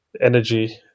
energy